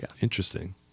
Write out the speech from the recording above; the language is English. Interesting